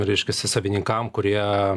reiškiasi savininkam kurie